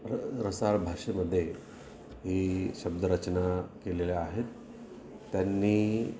र रसाळ भाषेमध्ये ही शब्दरचना केलेल्या आहेत त्यांनी